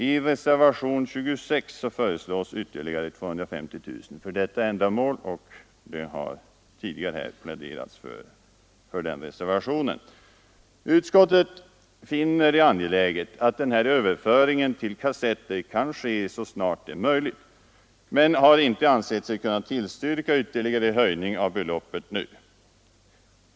I reservationen 26 föreslås ytterligare 250 000 kronor för detta ändamål, och det har tidigare här pläderats för den reservationen. Utskottsmajoriteten finner det angeläget att denna överföring till kassetter kan ske så snart som möjligt men har inte ansett sig kunna tillstyrka ytterligare höjning av beloppet nu.